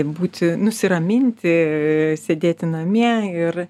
būti nusiraminti sėdėti namie ir